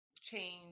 change